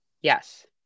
Yes